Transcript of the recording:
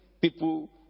people